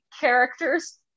characters